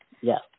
Yes